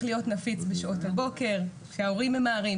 להיות נפיץ בשעות הבוקר כשההורים ממהרים,